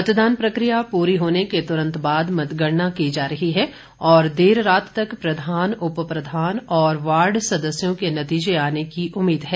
मतदान प्रक्रिया पूरी होने के तुरंत बाद मतगणना की जा रही है और देर रात तक प्रधान उपप्रधान और वार्ड सदस्यों के नतीजे आने की उम्मीद है